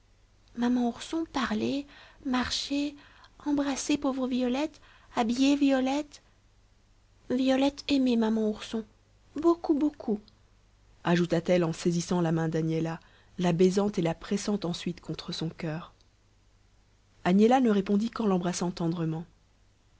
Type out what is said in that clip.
maman ourson parler marcher embrasser pauvre violette habiller violette violette aimer maman ourson beaucoup beaucoup ajouta-t-elle en saisissant la main d'agnella la baisant et la pressant ensuite contre son coeur agnella ne répondit qu'en l'embrassant